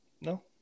No